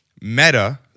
Meta